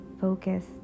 focus